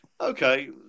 okay